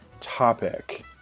topic